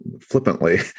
flippantly